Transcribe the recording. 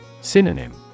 Synonym